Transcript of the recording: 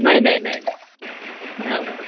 नाही नाही नाही नाही नाही होणार